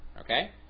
Okay